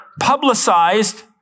publicized